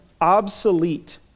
obsolete